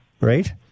right